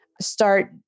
start